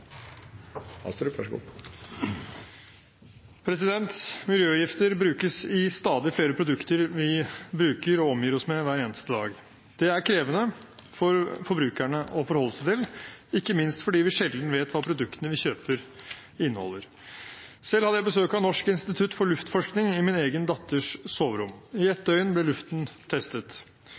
brukes i stadig flere produkter vi bruker og omgir oss med hver eneste dag. Det er krevende for forbrukerne å forholde seg til, ikke minst fordi vi sjelden vet hva produktene vi kjøper, inneholder. Selv hadde jeg besøk av Norsk institutt for luftforskning i min egen datters soverom. I ett døgn ble luften testet.